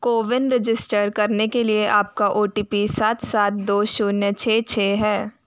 CoWIN register करने के लिए आपका ओ टी पी सात सात दो शून्य छः छः है